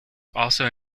also